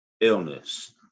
illness